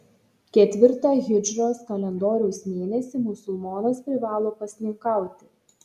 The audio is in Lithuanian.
ketvirtą hidžros kalendoriaus mėnesį musulmonas privalo pasninkauti